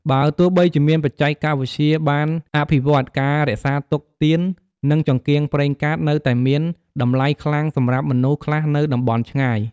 បើទោះបីជាបច្ចេកវិទ្យាបានអភិវឌ្ឍន៍ ការរក្សាទុកទៀននិងចង្កៀងប្រេងកាតនៅតែមានតម្លៃខ្លាំងសម្រាប់មនុស្សខ្លះនៅតំបន់ឆ្ងាយ។